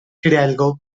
hidalgo